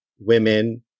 women